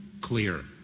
clear